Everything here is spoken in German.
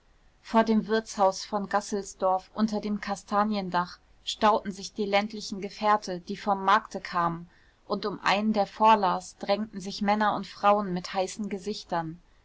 vor dem wirtshaus von gasselsdorf unter dem kastaniendach stauten sich die ländlichen gefährte die vom markte kamen und um einen der vorlas drängten sich männer und frauen mit heißen gesichtern